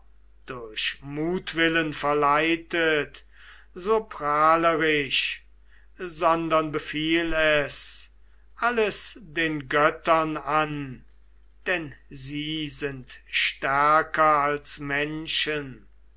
durch mutwillen verleitet so prahlerisch sondern befiehl es alles den göttern an denn sie sind stärker als menschen